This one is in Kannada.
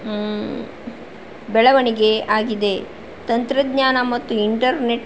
ಬೆಳವಣಿಗೆ ಆಗಿದೆ ತಂತ್ರಜ್ಞಾನ ಮತ್ತು ಇಂಟರ್ನೆಟ್